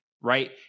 Right